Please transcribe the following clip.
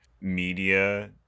media